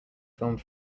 filmed